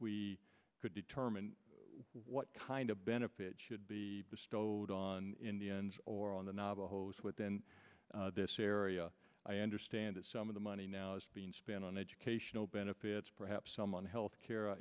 we could determine what kind of benefit should be bestowed on in the end or on the navajos within this area i understand that some of the money now is being spent on educational benefits perhaps some on health care